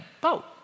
boat